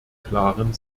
klaren